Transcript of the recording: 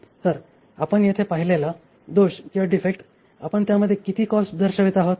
तर आपण येथे पाहिलेला डिफेक्ट आपण त्यामध्ये किती कॉस्ट दर्शवित आहोत